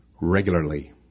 regularly